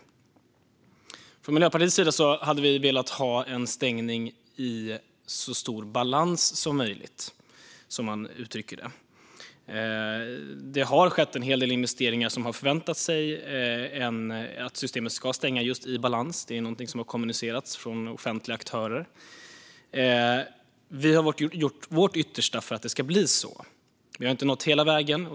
Elcertifikat - stopp-regel och kontroll-station 2019 Miljöpartiet hade velat ha en stängning i så stor balans som möjligt, som man uttrycker det. Det har skett en del investeringar där man har förväntat sig att systemet ska stänga just i balans. Det är något som har kommunicerats från offentliga aktörer. Vi har gjort vårt yttersta för att det skulle bli så men inte nått hela vägen.